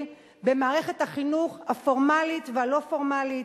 במערכת החינוך הפורמלית והלא-פורמלית,